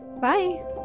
Bye